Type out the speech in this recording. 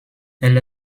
elle